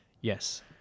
Yes